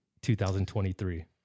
2023